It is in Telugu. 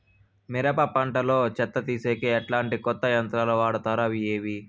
మిరప పంట లో చెత్త తీసేకి ఎట్లాంటి కొత్త యంత్రాలు వాడుతారు అవి ఏవి?